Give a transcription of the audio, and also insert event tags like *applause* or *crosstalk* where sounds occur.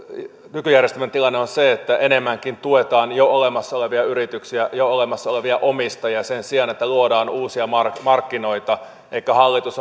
nykyjärjestelmän tilanne on se että enemmänkin tuetaan jo olemassa olevia yrityksiä ja olemassa olevia omistajia sen sijaan että luodaan uusia markkinoita elikkä hallitus *unintelligible*